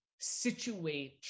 situate